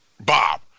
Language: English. Bob